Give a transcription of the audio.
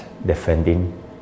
defending